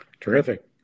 Terrific